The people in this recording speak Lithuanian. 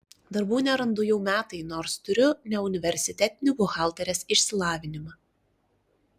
darbų nerandu jau metai nors turiu neuniversitetinį buhalterės išsilavinimą